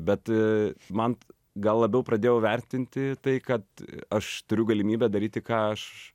bet man gal labiau pradėjau vertinti tai kad aš turiu galimybę daryti ką aš